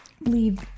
leave